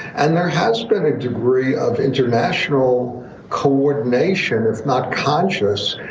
and there has been a degree of international coordination, if not conscience,